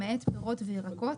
למעט פירות וירקות,